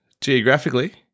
geographically